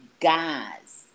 guys